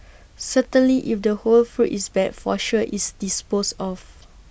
certainly if the whole fruit is bad for sure is disposed of